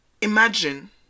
imagine